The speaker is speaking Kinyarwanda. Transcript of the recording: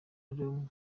arimo